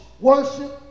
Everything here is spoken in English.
worship